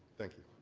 thank you.